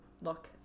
look